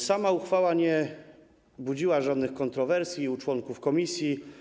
Sama uchwała nie budziła żadnych kontrowersji wśród członków komisji.